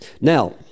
Now